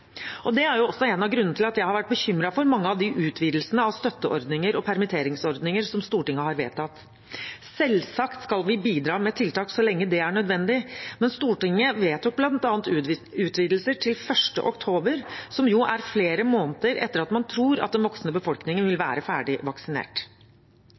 Det er også en av grunnene til at jeg har vært bekymret for mange av de utvidelsene av støtteordninger og permitteringsordninger som Stortinget har vedtatt. Selvsagt skal vi bidra med tiltak så lenge det er nødvendig, men Stortinget vedtok bl.a. utvidelser til 1. oktober, som jo er flere måneder etter at man tror at den voksne befolkningen vil